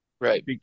right